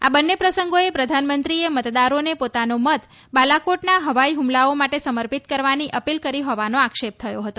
આ બંને પ્રસંગોએ પ્રધાનમંત્રીએ મતદારોને પોતાનો મત બાલાકોટના હવાઇ હુમલાઓ માટે સમર્પીત કરવાની અપીલ કરી હોવાનો આક્ષેપ થયો હતો